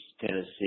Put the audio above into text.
Tennessee